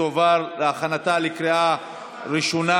ותועבר לוועדת הכספים להכנתה לקריאה ראשונה.